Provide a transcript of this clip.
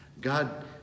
God